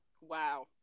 Wow